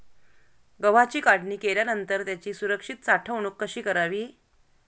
गव्हाची काढणी केल्यानंतर त्याची सुरक्षित साठवणूक कशी करावी?